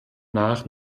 nach